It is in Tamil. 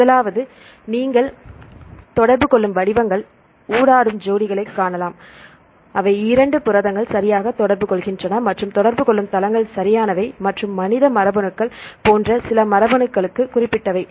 முதலாவதாக நீங்கள் தொடர்பு கொள்ளும் வடிவங்கள் ஊடாடும் ஜோடிகளைக் காணலாம் அவை இரண்டு புரதங்கள் சரியாக தொடர்பு கொள்கின்றன மற்றும் தொடர்பு கொள்ளும் தளங்கள் சரியானவை மற்றும் மனித மரபணுக்கள் போன்ற சில மரபணுக்களுக்கு குறிப்பிட்டவை